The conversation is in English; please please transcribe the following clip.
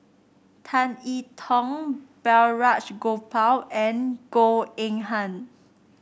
Tan I Tong Balraj Gopal and Goh Eng Han